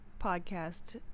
podcast